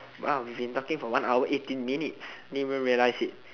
!wow! we've been talking for one hour eighteen minutes didn't even realize it